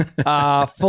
Full